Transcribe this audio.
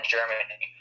Germany